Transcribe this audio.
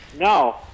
No